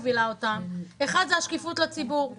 הוראות סעיפים 231 עד 235ד